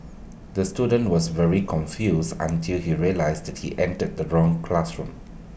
the student was very confused until he realised that he entered the wrong classroom